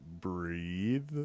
breathe